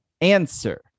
answer